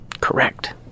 Correct